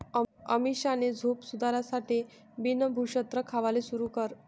अमीषानी झोप सुधारासाठे बिन भुक्षत्र खावाले सुरू कर